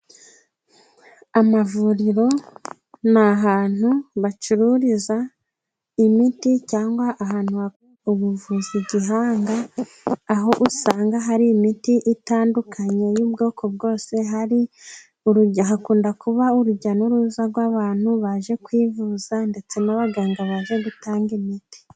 Amavuriro ni ahantu bacururiza imiti, cyangwa ahantu ubuvuzi gihanga, aho usanga hari imiti itandukanye y'ubwoko bwose, hakunda kuba urujya n'uruza rw'abantu baje kwivuza, ndetse n'abaganga baje gutanga imiti.